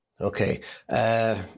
Okay